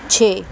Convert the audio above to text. ਛੇ